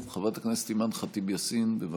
חברת הכנסת אימאן ח'טיב יאסין, בבקשה.